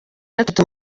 gatatu